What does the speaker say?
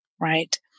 right